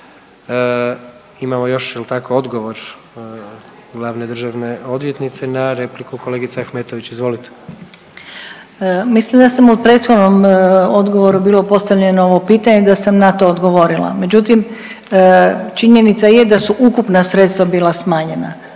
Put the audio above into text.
Imamo još jel tako odgovor glavne državne odvjetnice na repliku kolegice Ahmetović. Izvolite. **Hrvoj-Šipek, Zlata** Mislim ja sam u prethodnom odgovoru je bilo postavljano ovo pitanje da sam na to odgovorila. Međutim, činjenica je da su ukupna sredstva bila smanjena,